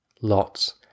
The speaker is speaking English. Lots